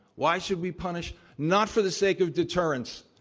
why should we punish? not for the sake of deterrence,